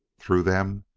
through them,